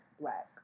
black